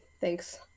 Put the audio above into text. thanks